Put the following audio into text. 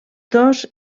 dos